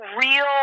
real